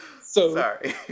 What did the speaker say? sorry